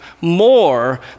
more